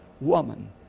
woman